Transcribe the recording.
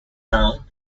town